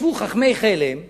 ישבו חכמי חלם ואמרו: